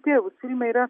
tėvus filme yra